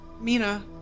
Mina